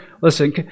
Listen